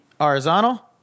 horizontal